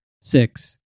six